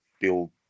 build